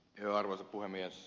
arvoisa puhemies